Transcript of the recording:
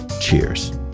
Cheers